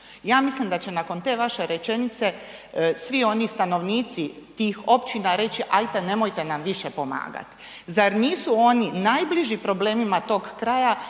Ja mislim da će nakon te vaše rečenice, svi oni stanovnici tih općina reći ajte, nemojte nam više pomagat. zar nisu oni najbliži problemima tog kraja,